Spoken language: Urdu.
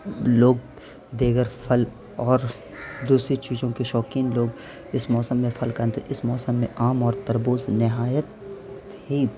لوگ دیگر پھل اور دوسری چیزوں کے شوقین لوگ اس موسم میں پھل کا اس موسم میں آم اور تربوز نہایت ہی